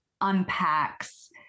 unpacks